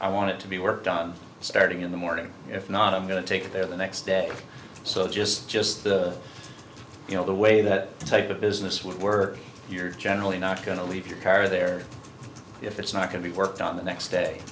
i want to be worked on starting in the morning if not i'm going to take you there the next day so just just you know the way that type of business would work you're generally not going to leave your car there if it's not going to be worked on the next day